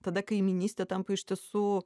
tada kaimynystė tampa iš tiesų